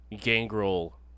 gangrel